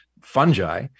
fungi